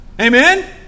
Amen